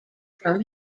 from